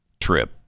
trip